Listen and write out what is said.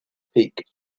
peak